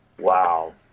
Wow